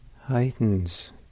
heightens